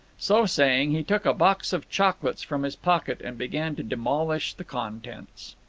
so saying, he took a box of chocolates from his pocket and began to demolish the contents.